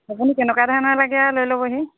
আপুনি কেনেকুৱা ধৰণৰ লাগে লৈ ল'বহি